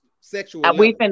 Sexual